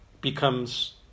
becomes